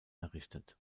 errichtet